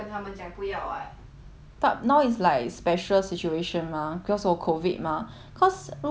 but now is like special situation mah cause 有 COVID mah cause 如果你这样做按理说 right